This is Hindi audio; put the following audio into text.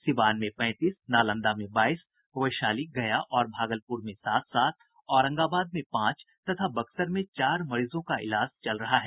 सीवान में पैंतीस नालंदा में बाईस वैशाली गया और भागलपुर में सात सात औरंगाबाद में पांच तथा बक्सर में चार मरीजों का इलाज चल रहा है